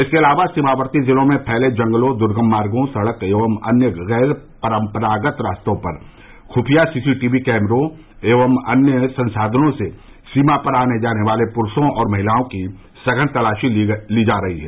इसके अलावा सीमावर्ती जिलों में फैले जंगलों दूर्गम मार्गों सड़क व अन्य गैर परम्परागत रास्तों पर खुफिया सी सी टी वी कैमरों एवं अन्य संसाधनों से सीमा पर आने जाने वाले पुरुषों और महिलाओं की सघन तलाशी ली जा रही है